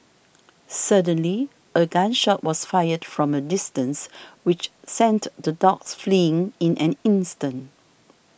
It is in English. suddenly a gun shot was fired from a distance which sent the dogs fleeing in an instant